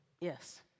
Yes